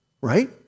right